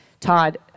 Todd